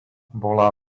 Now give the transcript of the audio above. bola